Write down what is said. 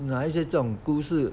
拿一些这种故事